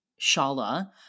shala